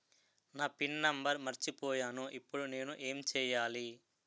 నా PIN number మర్చిపోయాను ఇప్పుడు నేను ఎంచేయాలి?